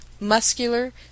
muscular